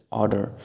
order